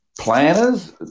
planners